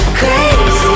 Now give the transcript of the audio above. crazy